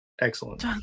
excellent